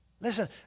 Listen